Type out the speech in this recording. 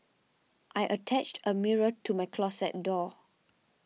I attached a mirror to my closet door